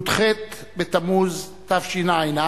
י"ח בתמוז תשע"א,